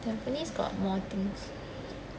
tampines got more things